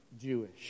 Jewish